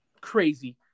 crazy